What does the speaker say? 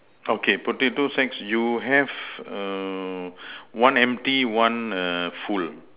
okay potato sacks you have err one empty one err full